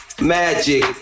magic